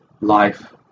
life